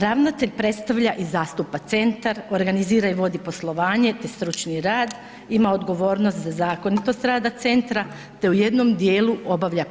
Ravnatelj predstavlja i zastupa centar, organizira i vodi poslovanje te stručni rad, ima odgovornost za zakonitost rada centra te u jednom dijelu obavlja